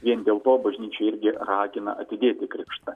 vien dėl to bažnyčia irgi ragina atidėti krikštą